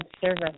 service